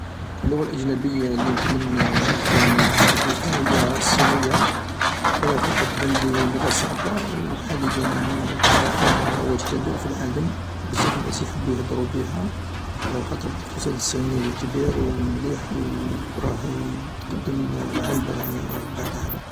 اللغة الأجنبية لي نتمنى لوكان نهدر بيها هي الصينية خاطر تبانلي لغة صعبة و حاليا تعرف رواج كبير في العالم و بزاف ناس يحبو يهدرو بيها خاطر الإقتصاد الصيني كبير و مليح و راه يتقدم عام بعد عام.